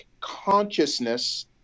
consciousness